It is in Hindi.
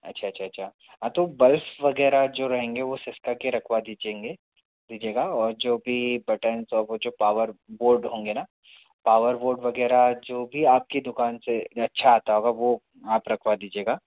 अच्छा अच्छा अच्छा हाँ तो बल्ब वगैरह जो रहेंगे वो सिसका के रखवा दीजिए दीजिएगा और जो भी बटन वो जो पावर बोर्ड होंगे न पावर बोर्ड वगैरह जो भी आपकी दुकान से अच्छा आता होगा वो आप रखवा दीजिएगा